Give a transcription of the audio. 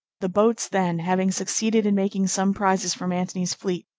the boats then, having succeeded in making some prizes from antony's fleet,